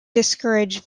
discourage